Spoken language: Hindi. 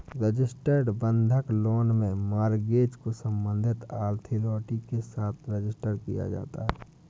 रजिस्टर्ड बंधक लोन में मॉर्गेज को संबंधित अथॉरिटी के साथ रजिस्टर किया जाता है